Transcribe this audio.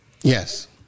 Yes